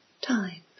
time